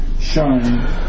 shine